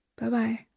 Bye-bye